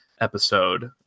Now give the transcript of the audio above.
episode